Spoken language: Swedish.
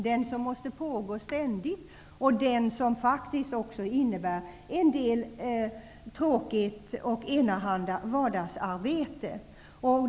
Det arbetet måste ständigt pågå, och det innebär en del tråkigt och enahanda vardagsarbete.